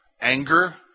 anger